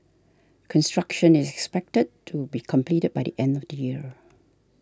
construction is expected to be completed by the end of next year